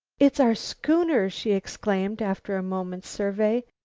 it's our schooner, she exclaimed after a moment's survey.